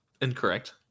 Incorrect